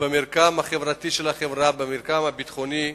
במרקם החברתי של החברה, במרקם הביטחוני,